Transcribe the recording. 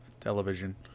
television